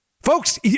Folks